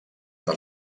del